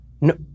no